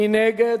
מי נגד?